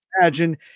imagine